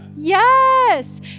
Yes